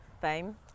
fame